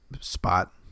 spot